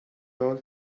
all